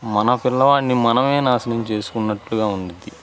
మన పిల్లవాడిని మనం నాశనం చేసుకున్నట్టుగా ఉంది